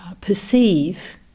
perceive